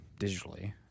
digitally